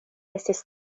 estis